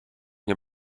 nie